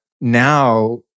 now